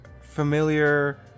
familiar